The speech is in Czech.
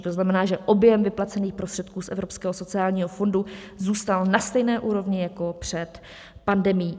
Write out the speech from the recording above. To znamená, že objem vyplacených prostředků z Evropského sociálního fondu zůstal na stejné úrovni jako před pandemií.